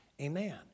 Amen